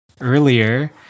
earlier